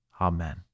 Amen